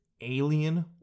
Alien